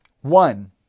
One